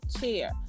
chair